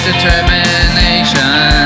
determination